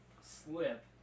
slip